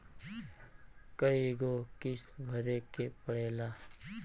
कय गो किस्त भरे के पड़ेला?